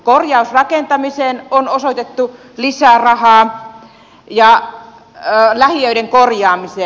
korjausrakentamiseen on osoitettu lisää rahaa ja lähiöiden korjaamiseen